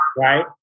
right